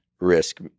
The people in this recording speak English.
risk